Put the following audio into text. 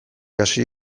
hasi